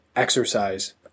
exercise